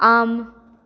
आम्